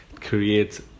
creates